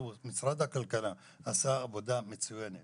משרד הכלכלה עשה עבודה מצוינת